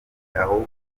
ahubwo